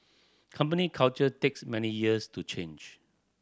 company culture takes many years to change